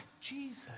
Jesus